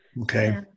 Okay